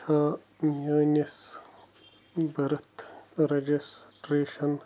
چھا میٲنِس birth registration